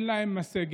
שאין ידם משגת,